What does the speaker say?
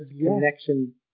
connection